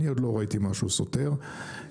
אני עוד לא ראיתי משהו סותר --- אנחנו